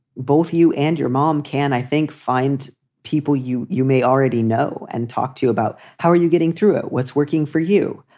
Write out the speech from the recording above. both you and your mom can, i think, find people you you may already know and talk to you about. how are you getting through it? what's working for you?